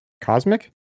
Cosmic